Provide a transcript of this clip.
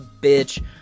bitch